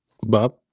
Bob